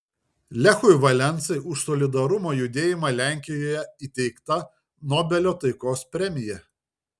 lechui valensai už solidarumo judėjimą lenkijoje įteikta nobelio taikos premija